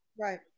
Right